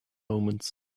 omens